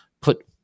put